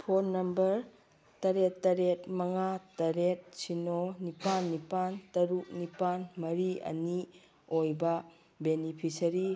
phone number ꯇꯔꯦꯠ ꯇꯔꯦꯠ ꯃꯉꯥ ꯇꯔꯦꯠ ꯁꯤꯅꯣ ꯅꯤꯄꯥꯟ ꯅꯤꯄꯥꯟ ꯇꯔꯨꯛ ꯅꯤꯄꯥꯟ ꯃꯔꯤ ꯑꯅꯤ ꯑꯣꯏꯕ ꯕꯦꯅꯤꯐꯤꯁꯔꯤ